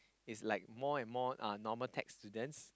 is like more and more normal tech students